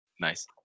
Nice